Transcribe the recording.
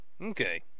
Okay